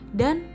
dan